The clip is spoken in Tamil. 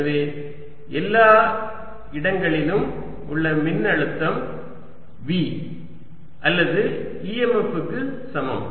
எனவே எல்லா இடங்களிலும் உள்ள மின்னழுத்தம் V அல்லது EMF க்கு சமம்